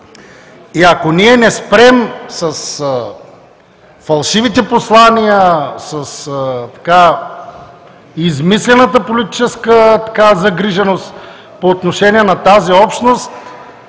Ако ние не спрем с фалшивите послания, с измислената политическа загриженост по отношение на тази общност,